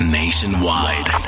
nationwide